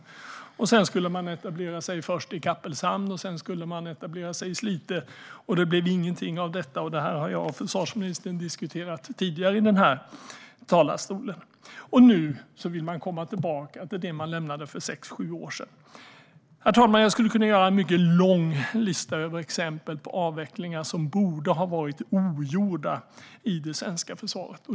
Man skulle först etablera sig i Kappelshamn, och sedan i Slite. Det blev ingenting av det - jag och försvarsministern har diskuterat detta tidigare i de här talarstolarna. Nu vill man komma tillbaka till det man lämnade för sex sju år sedan. Jag skulle kunna göra en mycket lång lista över exempel på avvecklingar som borde ha varit ogjorda i det svenska försvaret.